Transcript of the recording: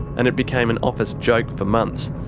and it became an office joke for months.